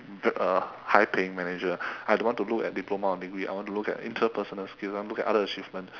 a high paying manager I don't want to look at diploma or degree I want to look at interpersonal skill I want to look at other achievements